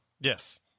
Yes